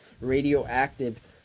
radioactive